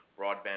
broadband